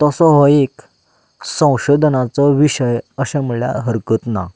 तसो हो एक संशोधनाचो विशय अशें म्हणल्यार हरकत ना